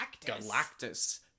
Galactus